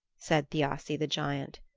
said thiassi the giant.